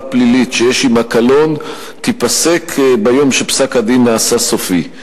פלילית שיש עמה קלון תיפסק ביום שפסק-הדין נעשה סופי.